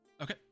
Okay